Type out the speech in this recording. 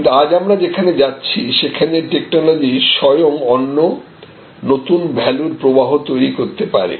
কিন্তু আজ আমরা যেখানে যাচ্ছি সেখানে টেকনোলজি স্বয়ং অন্য নতুন ভ্যালুর প্রবাহ তৈরি করতে পারে